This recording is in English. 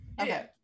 Okay